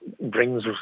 brings